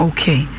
Okay